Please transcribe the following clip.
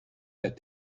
that